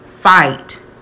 fight